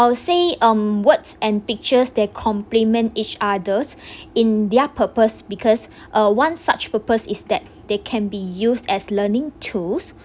I would say um words and pictures they complement each others in their purpose because uh one such purpose is that they can be used as learning tools